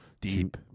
Deep